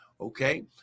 okay